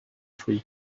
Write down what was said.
three